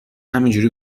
همینجوری